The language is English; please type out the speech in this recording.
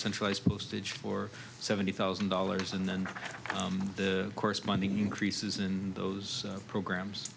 centralized postage for seventy thousand dollars and then the corresponding increases in those programs